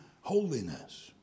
holiness